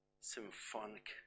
symphonic